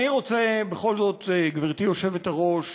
בכל זאת גברתי היושבת-ראש,